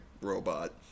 robot